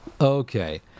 Okay